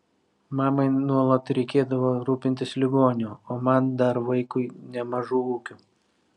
mamai nuolat reikėdavo rūpintis ligoniu o man dar vaikui nemažu ūkiu